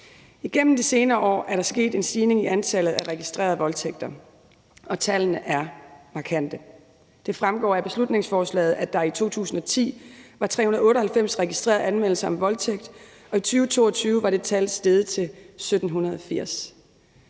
Igennem de senere år er der sket en stigning i antallet af registrerede voldtægter, og stigningen er markant. Det fremgår af beslutningsforslaget, at der i 2010 var 398 registrerede anmeldelser af voldtægt, og i 2022 var det tal steget til 1.780.